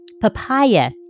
papaya